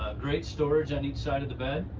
great storage on each side of the bed.